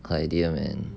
her idea man